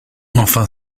enfin